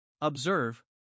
Observe